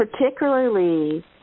particularly